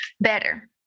better